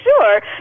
sure